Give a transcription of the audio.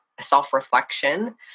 self-reflection